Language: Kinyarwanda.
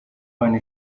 bantu